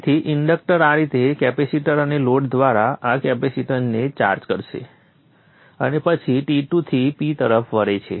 તેથી ઇન્ડક્ટર આ રીતે કેપેસિટર અને લોડ દ્વારા આ કેપેસિટન્સને ચાર્જ કરશે અને પછી T2 થી P તરફ વહે છે